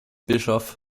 bischof